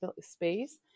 space